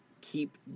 keep